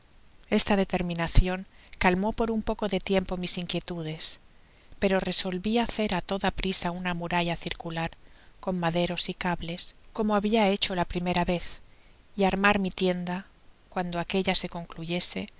esta determinacion calmó por un poco de tiempo mis inquietudes pero resolvi hacr á toda prisa una muralla circular con maderos y cables como habia hecho la primera vez y armar mi tienda cuando aquella se concluyese